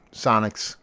sonics